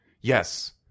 yes